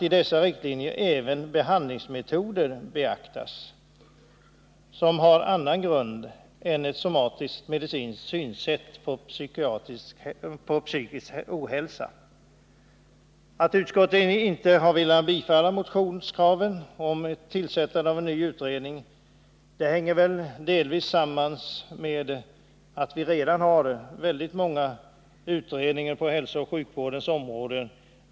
I dessa riktlinjer måste beaktas även behandlingsmetoder som har annan grund än ett somatiskt-medicinskt synsätt på psykisk ohälsa.” Att utskottet inte har velat bifalla motionskravet om tillsättande av en ny utredning hänger delvis samman med att vi redan har väldigt många utredningar på hälsooch sjukvårdsområdet.